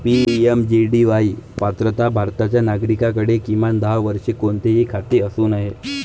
PMJDY पात्रता भारताच्या नागरिकाकडे, किमान दहा वर्षे, कोणतेही खाते असू नये